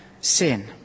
sin